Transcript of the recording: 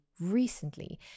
recently